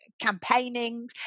campaigning